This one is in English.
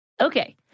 Okay